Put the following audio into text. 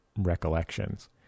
recollections